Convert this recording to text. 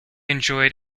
enjoyed